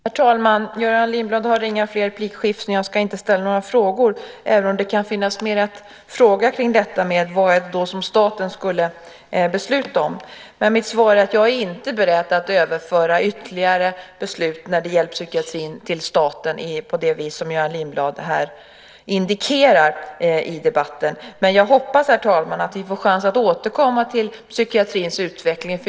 Herr talman! Göran Lindblad har inga fler inlägg, och jag ska inte ställa några frågor även om det kan finnas mer att fråga om vad det då är som staten skulle besluta om. Mitt svar är att jag inte är beredd att överföra ytterligare beslut när det gäller psykiatrin till staten på det vis som Göran Lindblad här indikerar i debatten. Men jag hoppas, herr talman, att vi får chans att återkomma till psykiatrins utveckling.